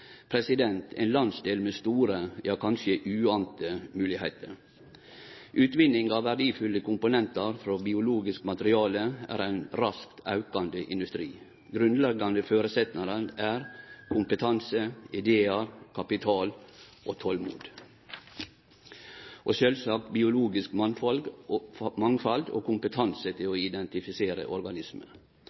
ein landsdel med store – ja, kanskje uante moglegheiter. Utvinning av verdifulle komponentar frå biologisk materiale er ein raskt aukande industri. Grunnleggjande føresetnader er kompetanse, idear, kapital og tolmod og sjølvsagt biologisk mangfald og kompetanse til å identifisere